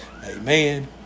Amen